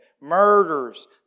murders